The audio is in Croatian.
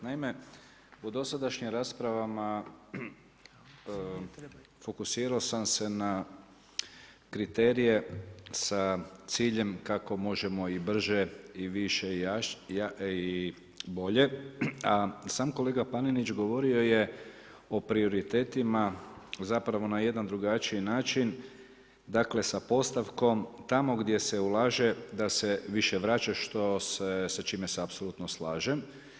Naime u dosadašnjim raspravama fokusirao sam se na kriterije sa ciljem kako možemo i brže i više i bolje a sam kolega Panenić govorio je o prioritetima zapravo na jedan drugačiji način dakle sa postavkom, tamo gdje se ulaže da se više vraća što se, sa čime se apsolutno slažem.